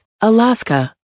Alaska